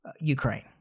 Ukraine